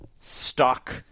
stock